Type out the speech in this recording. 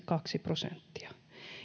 kaksi prosenttia